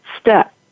step